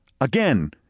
Again